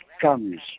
comes